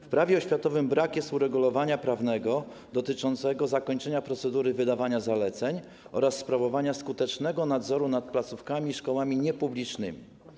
W Prawie oświatowym brak jest uregulowania prawnego dotyczącego zakończenia procedury wydawania zaleceń oraz sprawowania skutecznego nadzoru nad placówkami i szkołami niepublicznymi.